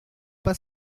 pas